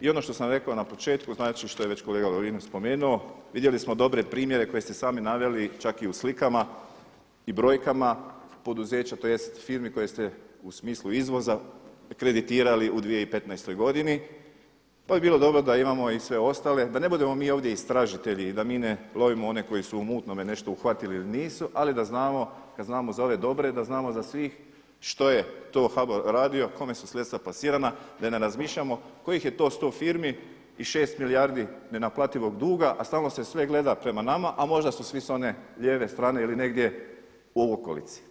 I ono što sam rekao na početku, znači što je već kolega Lovrinović spomenuo vidjeli smo dobre primjere koje ste sami naveli čak i u slikama i brojkama, poduzeća tj. firmi koje ste u smislu izvoza kreditirali u 2015. godini pa bi bilo dobro da imamo i sve ostale da ne budemo mi ovdje istražitelji i da mi ne lovimo one koji su u mutnome nešto uhvatili ili nisu, ali da znamo, kad znamo za ove dobre, da znamo za svih što je to HBOR radio, kome su sredstva pasirana da ne razmišljamo kojih je to 100 firmi i 6 milijardi nenaplativog duga a stalno se sve gleda prema nama a možda su svi s one lijeve strane ili negdje u okolici.